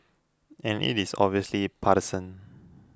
and it is obviously partisan